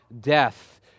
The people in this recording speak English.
death